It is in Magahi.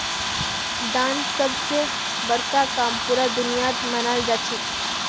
दान सब स बड़का काम पूरा दुनियात मनाल जाछेक